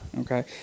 Okay